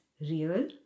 real